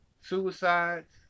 Suicides